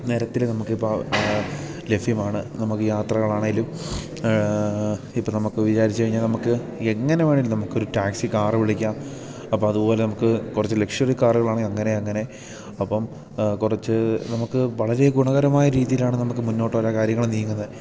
നിരത്തിൽ നമുക്കിപ്പോൾ ലഭ്യമാണ് നമുക്ക് യാത്രകളാണെങ്കിലും ഇപ്പോൾ നമുക്ക് വിചാരിച്ചു കഴിഞ്ഞാൽ നമുക്ക് എങ്ങനെ വേണമെങ്കിലും നമുക്കൊരു ടാക്സി കാറ് വിളിക്കാം അപ്പോഴതുപോലെ നമുക്ക് കുറച്ച് ലക്ഷ്വറി കാറുകളാണെങ്കിൽ അങ്ങനെ അങ്ങനെ അപ്പം കുറച്ച് നമുക്ക് വളരെ ഗുണകരമായ രീതിയിലാണ് നമുക്ക് മുന്നോട്ടുള്ള കാര്യങ്ങൾ നീങ്ങുന്നത്